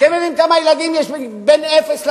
אתם יודעים כמה ילדים יש בין אפס ל-14?